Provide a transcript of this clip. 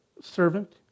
servant